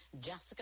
Jessica